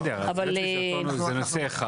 בסדר, זה נושא אחד.